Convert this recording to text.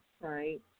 right